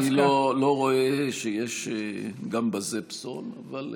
שאני לא רואה שיש גם בזה פסול, אבל בסדר.